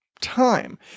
time